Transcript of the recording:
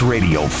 Radio